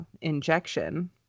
injection